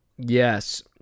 yes